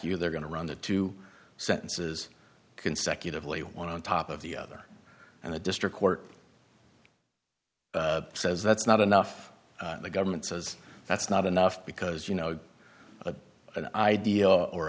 you they're going to run the two sentences consecutively one on top of the other and the district court says that's not enough and the government says that's not enough because you know an idea or